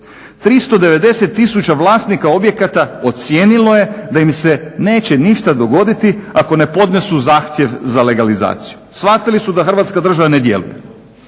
390 tisuća vlasnika objekata ocijenilo je da im se neće ništa dogoditi ako ne podnesu zahtjev za legalizaciju. Shvatili su da Hrvatska država ne djeluje.